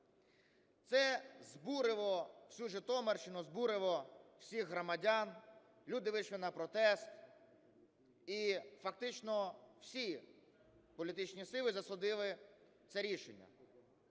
Це збурило всю Житомирщину, збурило всіх громадян, люди вийшли на протест. І фактично всі політичні сили засудили це рішення.